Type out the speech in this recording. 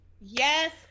yes